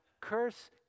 Curse